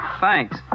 thanks